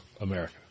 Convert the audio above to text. America